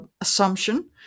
assumption